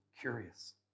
curious